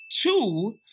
Two